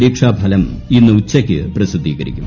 പരീക്ഷാ ഫലം ഇന്ന് ഉച്ചയ്ക്ക് പ്രസിദ്ധീകരിക്കും